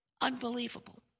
Unbelievable